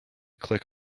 click